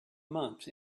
month